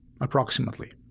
approximately